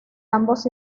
ambos